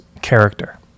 character